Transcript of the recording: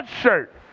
shirt